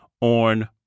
on